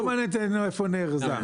לא מעניין אותנו איפה היא נארזה.